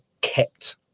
kept